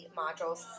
modules